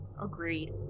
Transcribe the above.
Agreed